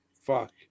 Fuck